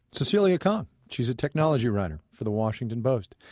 cecilia kang. she's a technology writer for the washington post.